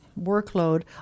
workload